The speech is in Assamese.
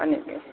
হয় নেকি